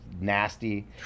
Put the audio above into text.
nasty